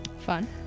Fun